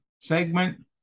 segment